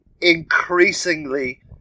increasingly